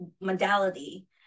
modality